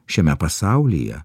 šiame pasaulyje